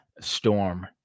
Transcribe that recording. storm